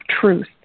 truth